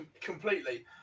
completely